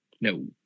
no